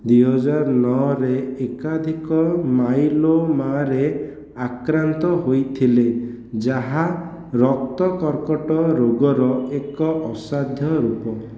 ଦୁଇହଜାର ନଅରେ ଏକାଧିକ ମାଇଲୋମାରେ ଆକ୍ରାନ୍ତ ହୋଇଥିଲେ ଯାହା ରକ୍ତ କର୍କଟ ରୋଗର ଏକ ଅସାଧ୍ୟ ରୂପ